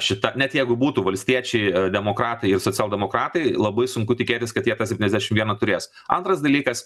šita net jeigu būtų valstiečiai demokratai ir socialdemokratai labai sunku tikėtis kad jie tą septyniasdešim vieną turės antras dalykas